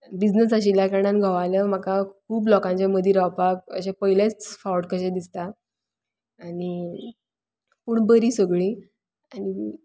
business आशिल्ल्या कारणान घोवालें म्हाका खूब लोकांचे मदी रावपाक अशें पयलेच फावट कशे दिसता आनी पूण बरी सगळी आनी